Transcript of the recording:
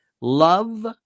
Love